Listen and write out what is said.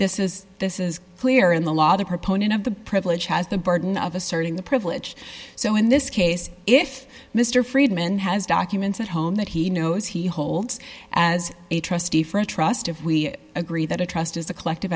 this is this is clear in the law the proponent of the privilege has the burden of asserting the privilege so in this case if mr friedman has documents at home that he knows he holds as a trustee for a trust if we agree that a trust as a collective